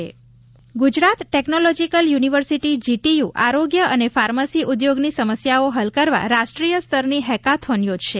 GTU Gujarat technological university GTU આરોગ્ય અને pharmacy ઉદ્યોગની સમસ્યાઓ હલ કરવા રાષ્ટ્રીય સ્તરની હેકાથોન યોજશે